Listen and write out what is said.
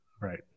Right